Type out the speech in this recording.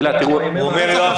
יואב,